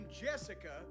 Jessica